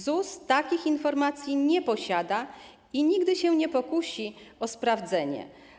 ZUS takich informacji nie posiada i nigdy się nie pokusi o sprawdzenie.